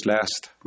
last